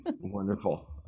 wonderful